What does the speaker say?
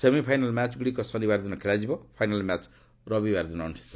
semifinal ମ୍ୟାଚ୍ଗୁଡ଼ିକ ଶନିବାର ଦିନ ଖେଳାଯିବ ଓ ଫାଇନାଲ୍ ମ୍ୟାଚ୍ ରବିବାର ଦିନ ଖେଳାଯିବ